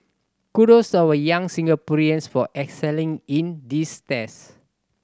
kudos to our young Singaporeans for excelling in these test